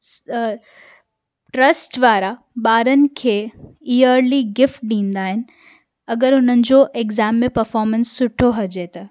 trust वारा ॿारनि खे ईअर्ली गिफ़्ट ॾींदा आहिनि अगरि हुननि जो एक्ज़ाम में पफ़ॉमंस सुठो हुजे त